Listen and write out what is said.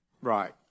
right